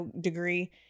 degree